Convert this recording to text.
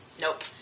Nope